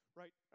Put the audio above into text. right